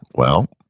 well,